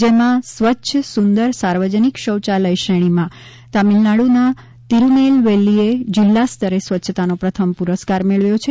જેમાં સ્વચ્છ સુંદર સાર્વજનિક શૌયાલય શ્રેણીમાં તમિલનાડુના તિરૂનેલવેલ્લીએ જિલ્લા સ્તરે સ્વચ્છતાનો પ્રથમ પુરસ્કાર મેળવ્યો છે